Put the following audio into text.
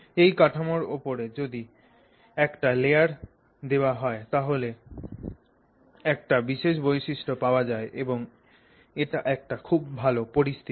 এই কাঠামোর ওপরে যদি একটা লেয়ার দেওয়া হয় তাহলে একটা বিশেষ বৈশিষ্ট্য পাওয়া যায় এবং এটা একটা খুব ভালো পরিস্থিতি